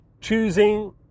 choosing